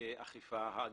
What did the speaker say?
האכיפה האגרסיבית.